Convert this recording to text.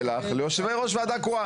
ליושבי ראש ועדה קרואה.